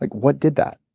like what did that?